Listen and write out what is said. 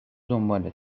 دنبالت